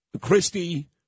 Christie